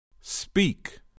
Speak